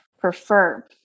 prefer